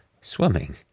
swimming